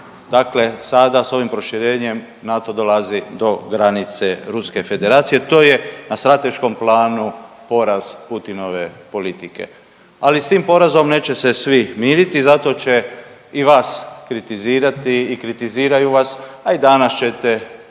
Dakle, sada s ovim proširenjem NATO dolazi do granice Ruske Federacije. To je na strateškom planu poraz Putinove politike. Ali s tim porazom neće se svi miriti zato će i vas kritizirati i kritiziraju vas, a i danas ćete